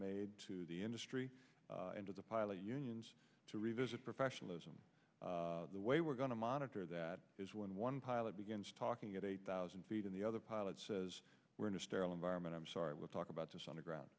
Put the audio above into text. made to the industry and to the pilot unions to revisit professionalism the way we're going to monitor that is when one pilot begins talking at eight thousand feet in the other pilot says we're in a sterile environment i'm sorry we'll talk about this on the ground